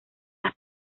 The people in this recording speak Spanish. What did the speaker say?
las